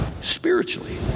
Spiritually